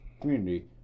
community